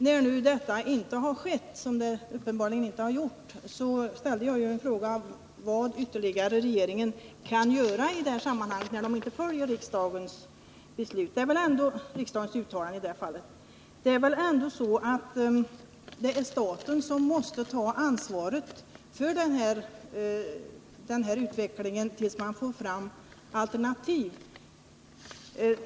När nu detta inte har skett — så förhåller det sig uppenbarligen — ställde jag frågan vad regeringen i det läget ytterligare kan göra. Det är väl ändå staten som måste ta ansvaret för den här utvecklingen tills man får fram alternativ.